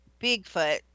Bigfoot